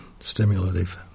stimulative